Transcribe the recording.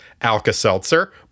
Alka-Seltzer